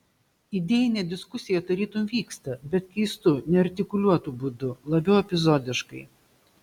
idėjinė diskusija tarytum vyksta bet keistu neartikuliuotu būdu labiau epizodiškai